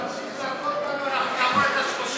אם תמשיך להכות בנו אנחנו נעבור את ה-37.